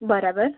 બરાબર